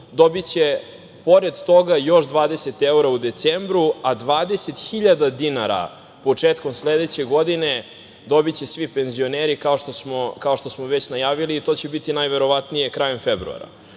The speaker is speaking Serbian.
dobiće pored toga još 20 evra u decembru, a 20 hiljada dinara početkom sledeće godine dobiće svi penzioneri, kao što smo već najavili. To će biti najverovatnije krajem februara.